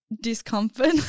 discomfort